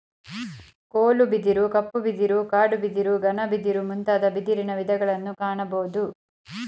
ಕೋಲು ಬಿದಿರು, ಕಪ್ಪು ಬಿದಿರು, ಕಾಡು ಬಿದಿರು, ಘನ ಬಿದಿರು ಮುಂತಾದ ಬಿದಿರಿನ ವಿಧಗಳನ್ನು ಕಾಣಬೋದು